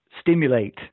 stimulate